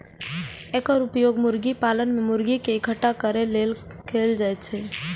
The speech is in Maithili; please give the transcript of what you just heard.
एकर उपयोग मुर्गी पालन मे मुर्गी कें इकट्ठा करै लेल कैल जाइ छै